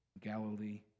Galilee